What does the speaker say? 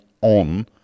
on